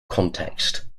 context